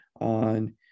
on